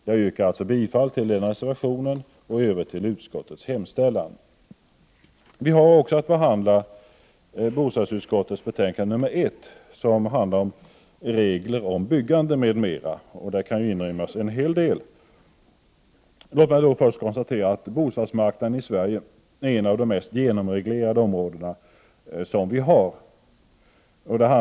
Jag yrkar bifall till den reservationen och i övrigt till utskottets hemställan. Vi har också att behandla bostadsutskottets betänkande nr 1, som gäller regler för byggande m.m. Under den rubriken kan ju inrymmas en hel del. Låt mig först konstatera att bostadsmarknaden är ett av de mest genomreglerade områden vi har i Sverige.